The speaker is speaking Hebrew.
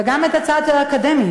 וגם הצד האקדמי,